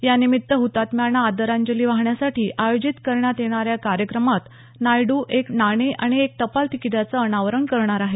यानिमित्त हतात्म्यांना आदरांजली वाहण्यासाठी आयोजित करण्यात येणाऱ्या कार्यक्रमात नायड्र एक नाणे आणि एक टपाल तिकीटाचं अनावरण करणार आहेत